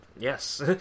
Yes